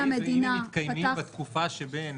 המדינה ----- אם מתקיימים בתקופה שבין